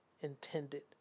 intended